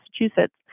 Massachusetts